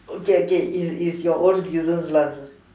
okay okay it's it's your own reasons lah